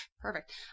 Perfect